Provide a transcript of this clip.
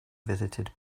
visited